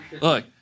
Look